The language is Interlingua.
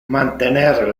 mantener